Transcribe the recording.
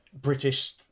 British